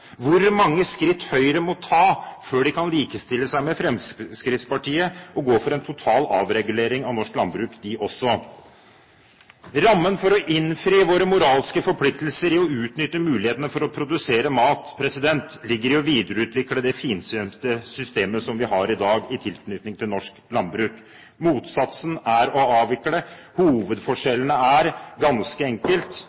hvor mange skritt Høyre må ta før de kan likestille seg med Fremskrittspartiet og gå for en total avregulering av norsk landbruk, de også. Rammen for å innfri våre moralske forpliktelser til å utnytte mulighetene for å produsere mat ligger i å videreutvikle det finstemte systemet som vi har i dag i tilknytning til norsk landbruk. Motsatsen er å avvikle.